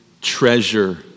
treasure